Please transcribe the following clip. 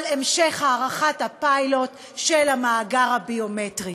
המשך הארכת הפיילוט של המאגר הביומטרי.